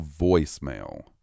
voicemail